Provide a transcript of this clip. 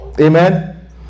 Amen